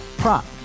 Prop